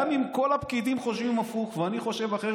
גם אם כל הפקידים חושבים הפוך ואני חושב אחרת,